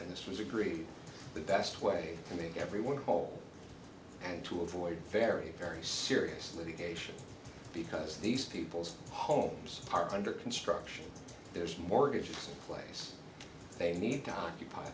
and this was agreed the best way to make everyone whole and to avoid very very serious litigation because these people's homes are under construction there's mortgages a place they need to occupy